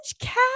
cat